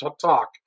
talk